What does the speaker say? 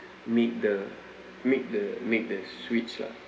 make the make the make the switch lah